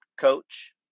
Coach